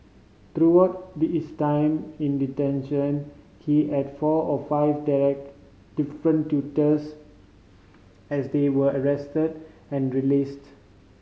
throughout it is time in detention he had four or five different tutors as they were arrested and released